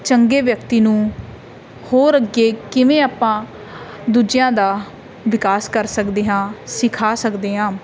ਚੰਗੇ ਵਿਅਕਤੀ ਨੂੰ ਹੋਰ ਅੱਗੇ ਕਿਵੇਂ ਆਪਾਂ ਦੂਜਿਆਂ ਦਾ ਵਿਕਾਸ ਕਰ ਸਕਦੇ ਹਾਂ ਸਿਖਾ ਸਕਦੇ ਹਾਂ